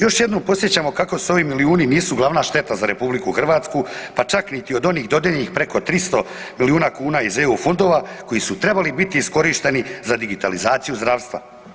Još jednom podsjećamo kako su ovi milijuni, nisu glavna šteta za RH, pa čak niti od onih dodijeljenih preko 300 milijuna kuna iz EU fondova koji su trebali biti iskorišteni za digitalizaciju zdravstva.